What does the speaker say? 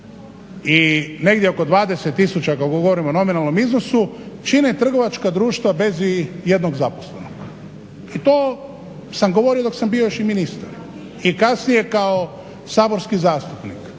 i negdje oko 20 ako govorimo o nominalnom iznosu čine trgovačkog društva bez ijednog zaposlenog. I to sam govorio dok sam bio još i ministar i kasnije kao saborski zastupnik.